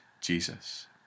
Jesus